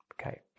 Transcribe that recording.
Okay